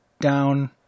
Down